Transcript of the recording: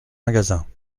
magasins